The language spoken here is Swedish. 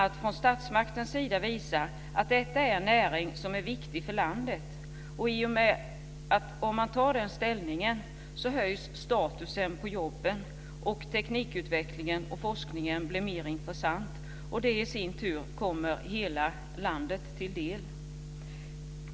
Man ska från statsmaktens sida visa att detta är en näring som är viktig för landet. Med den inställningen höjer man statusen för dessa jobb, och forskning och teknikutveckling blir mer intressant, något som i sin tur kommer hela landet till del.